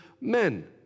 men